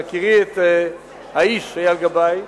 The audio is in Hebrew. בהכירי את האיש, אייל גבאי,